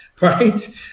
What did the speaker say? Right